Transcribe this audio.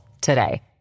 today